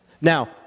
Now